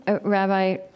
Rabbi